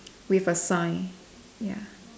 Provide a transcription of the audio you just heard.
with a sign ya